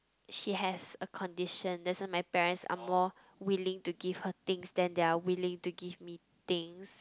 she has a condition that's why my parents are more willing to give her things than they're willing to give me things